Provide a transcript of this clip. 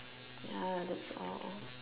ya that's all